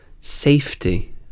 safety